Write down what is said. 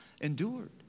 Endured